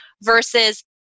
versus